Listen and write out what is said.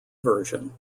version